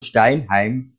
steinheim